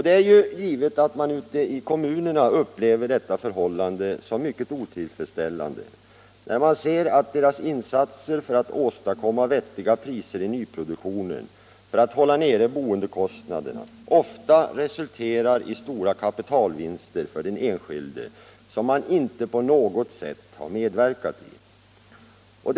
Det är givet att man ute i kommunerna upplever det som mycket otillfredsställande när man ser att kommunernas insatser för att åstadkomma vettiga priser i nyproduktionen och därmed hålla nere boendekostnaderna ofta resulterar i stora kapitalvinster för den enskilde, något som han på intet sätt medverkat till.